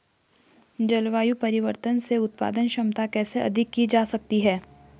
जलवायु परिवर्तन से उत्पादन क्षमता कैसे अधिक की जा सकती है?